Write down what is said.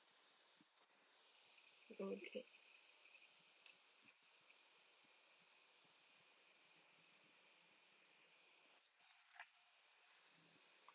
okay